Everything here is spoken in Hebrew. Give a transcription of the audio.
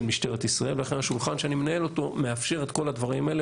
משטרת ישראל ולכן השולחן שאני מנהל אותו מאפשר את כל הדברים האלה,